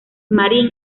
marín